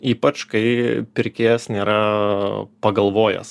ypač kai pirkėjas nėra pagalvojęs